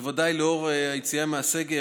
בוודאי לאור היציאה מהסגר,